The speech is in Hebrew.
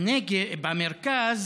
במרכז